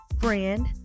friend